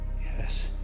yes